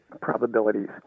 probabilities